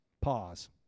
Pause